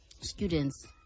students